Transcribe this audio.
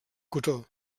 cotó